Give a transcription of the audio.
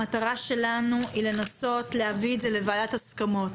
המטרה שלנו היא לנסות להביא את זה לוועדת הסכמות.